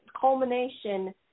culmination